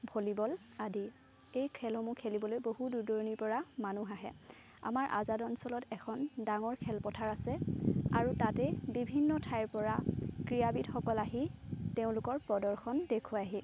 volleyball আদি এই খেলসমূল খেলিবলৈ বহু দূৰ দূৰণিৰ পৰা মানুহ আহে আমাৰ আজাদ অঞ্চলত এখন ডাঙৰ খেলপথাৰ আছে আৰু তাতেই বিভিন্ন ঠাইৰ পৰা ক্ৰীয়াবিদসকল আহি তেওঁলোকৰ প্ৰৰ্দশন দেখোৱাইহি